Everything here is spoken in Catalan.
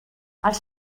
els